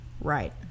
right